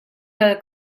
kal